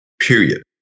Period